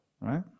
right